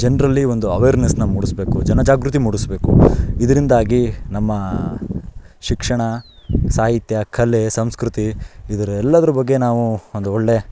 ಜನರಲ್ಲಿ ಒಂದು ಅವೇರ್ನೆಸ್ನ ಮೂಡಿಸ್ಬೇಕು ಜನಜಾಗೃತಿ ಮೂಡಿಸ್ಬೇಕು ಇದರಿಂದಾಗಿ ನಮ್ಮ ಶಿಕ್ಷಣ ಸಾಹಿತ್ಯ ಕಲೆ ಸಂಸ್ಕೃತಿ ಇದರ ಎಲ್ಲದರ ಬಗ್ಗೆ ನಾವು ಒಂದು ಒಳ್ಳೆ